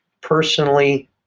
Personally